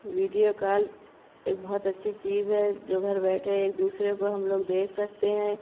video call ایک بہت اچھی چیز ہے جو گھر بیٹھے ایک دوسرے کو ہم لوگ دیکھ سکتے ہیں